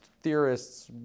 theorists